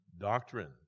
doctrine